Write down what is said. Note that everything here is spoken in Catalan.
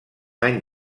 any